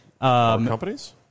companies